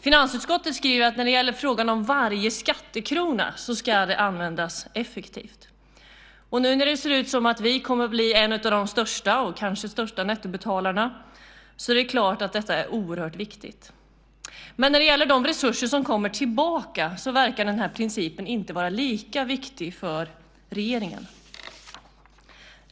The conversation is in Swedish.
Finansutskottet skriver att varje skattekrona ska användas effektivt. Nu när det ser ut som att vi kommer att bli en av de största - kanske den största - nettobetalarna är det klart att detta är oerhört viktigt. Men när det gäller de resurser som kommer tillbaka verkar principen inte vara lika viktig för regeringen.